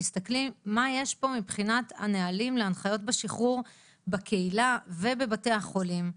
תסתכלי מה יש פה מבחינת ההנחיות בשחרור בקהילה ובבתי החולים,